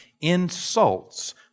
insults